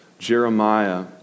Jeremiah